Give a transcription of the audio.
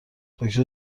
دکتر